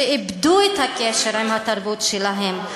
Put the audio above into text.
שאיבדו את הקשר עם התרבות שלהם.